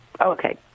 Okay